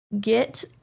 get